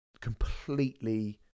completely